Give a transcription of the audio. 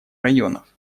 районов